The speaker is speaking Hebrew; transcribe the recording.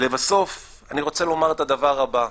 ולבסוף אני רוצה לומר את הדבר הבא: